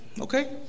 okay